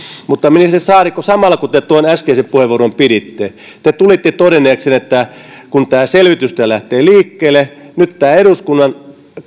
mutta ministeri saarikko samalla kun te tuon äskeisen puheenvuoron piditte te tulitte todenneeksi sen että kun tämä selvitystyö lähtee liikkeelle niin nyt tämä eduskunnan